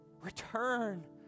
Return